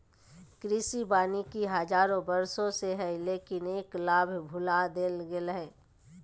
कृषि वानिकी हजारों वर्षों से हइ, लेकिन एकर लाभ भुला देल गेलय हें